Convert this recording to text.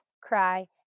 cry